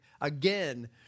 again